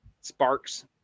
sparks